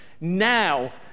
now